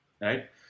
Right